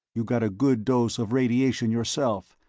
you got a good dose of radiation yourself,